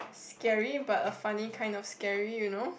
scary but a funny kind of scary you know